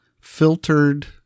filtered